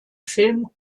film